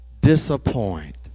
disappoint